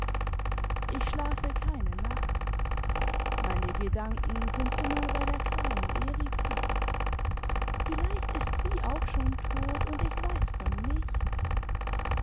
ich schlafe keine nacht meine gedanken sind immer bei der kleinen erika vielleicht ist sie auch schon tot und ich weiß von nichts